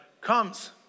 comes